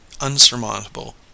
unsurmountable